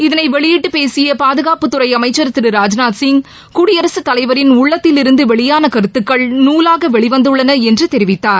இதனை வெளியிட்டு பேசிய பாதுகாப்புத் துறை அமம்சர் திரு ராஜ்நாத் சிங் குடியரசுத் தலைவரின் உள்ளத்தில் இருந்து வெளியான கருத்துகள் நூலாக வெளிவந்துள்ளன என்று தெரிவித்தார்